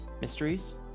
mysteries